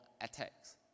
attacks